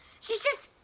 she's just